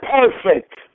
Perfect